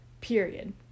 period